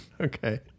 okay